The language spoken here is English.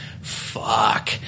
Fuck